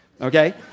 okay